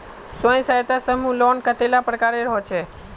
स्वयं सहायता समूह लोन कतेला प्रकारेर होचे?